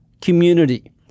community